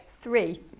Three